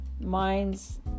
minds